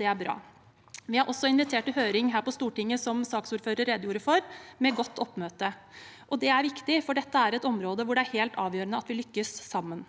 Det er bra. Vi har også invitert til høring her på Stortinget, som saksordføreren redegjorde for, med godt oppmøte. Det er viktig, for dette er et område hvor det er helt avgjørende at vi lykkes sammen.